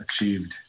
achieved